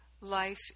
life